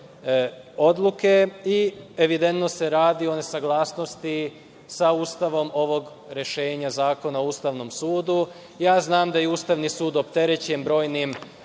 i evidentno se radi o nesaglasnosti sa Ustavom ovog rešenja Zakona o ustavnom sudu. Znam da je Ustavni sud opterećen brojnim